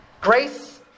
grace